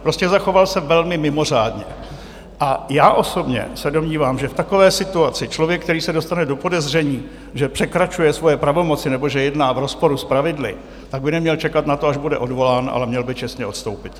Prostě zachoval se velmi mimořádně a já osobně se domnívám, že v takové situaci člověk, který se dostane do podezření, že překračuje svoje pravomoci nebo že jedná v rozporu s pravidly, by neměl čekat na to, až bude odvolán, ale měl by čestně odstoupit.